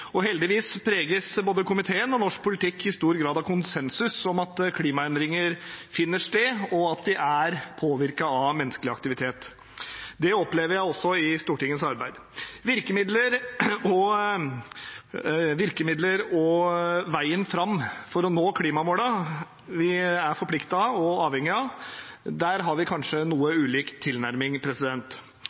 vanlig. Heldigvis preges både komiteen og norsk politikk i stor grad av konsensus om at klimaendringer finner sted, og at de er påvirket av menneskelig aktivitet. Det opplever jeg også i Stortingets arbeid. Når det gjelder virkemidler og veien fram til å nå klimamålene vi både er forpliktet av og avhengig av, har vi kanskje en noe ulik tilnærming.